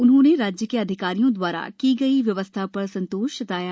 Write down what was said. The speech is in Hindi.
उन्होंने राज्य के अधिकारियों द्वारा की गई व्यवस्था पर संतोष व्यक्त किया